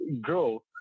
grow